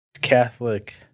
Catholic